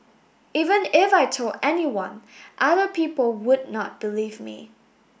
even if I told anyone other people would not believe me